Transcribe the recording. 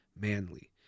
manly